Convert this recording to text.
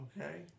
Okay